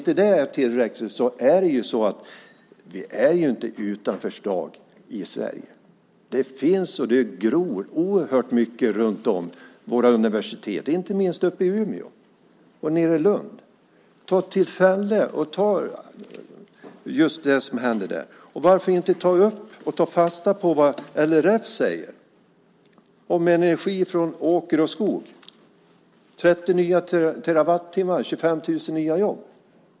Vi är ju inte utan förslag i Sverige. Det gror oerhört på våra universitet, inte minst uppe i Umeå och nere i Lund. Varför inte ta fasta på vad LRF säger om energi från åker och skog? Man talar om 30 nya terawattimmar och 25 000 nya jobb.